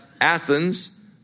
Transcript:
Athens